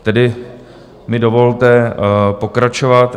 Tedy mi dovolte pokračovat: